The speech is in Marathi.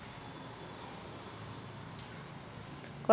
कर्ज भरताना माही तारीख चुकली तर मले का करता येईन?